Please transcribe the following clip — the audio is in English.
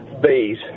Bees